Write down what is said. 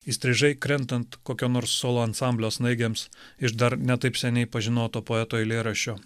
įstrižai krentant kokio nors solo ansamblio snaigėms iš dar ne taip seniai pažinoto poeto eilėraščio